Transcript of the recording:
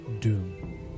doom